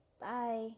Bye